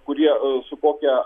kurie su kokia